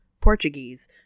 portuguese